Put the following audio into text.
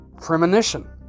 premonition